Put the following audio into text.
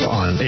on